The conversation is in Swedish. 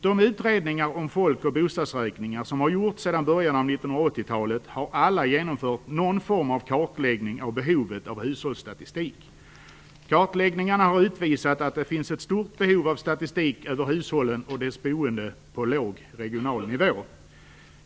De utredningar om folkoch bostadsräkningar som har gjorts sedan början av 1980-talet har alla genomfört någon form av kartläggning av behovet av hushållsstatistik. Kartläggningarna har utvisat att det finns ett stort behov av statistik över hushållen och deras boende på låg, regional nivå.